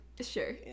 Sure